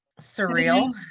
Surreal